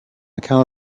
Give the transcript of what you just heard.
account